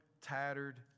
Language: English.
tattered